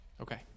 okay